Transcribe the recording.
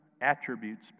attributes